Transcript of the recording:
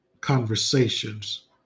conversations